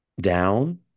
down